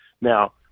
now